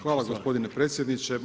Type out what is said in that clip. Hvala gospodine potpredsjedniče.